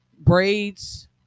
Braids